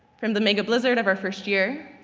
from the mega blizzard of our first year,